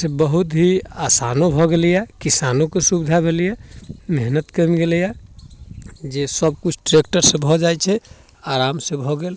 से बहुत ही आसानो भऽ गेलैए किसानोके सुविधा भेलैए मेहनति कमि गेलैए जे सबकिछु ट्रैक्टरसँ भऽ जाइ छै आरामसँ भऽ गेल